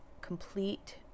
complete